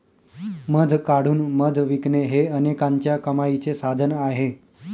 मध काढून मध विकणे हे अनेकांच्या कमाईचे साधन आहे